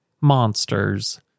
Monsters